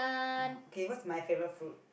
ah okay what's my favorite fruit